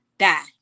die